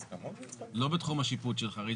הכוונה לא בתחום השיפוט של חריש,